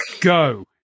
go